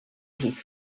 his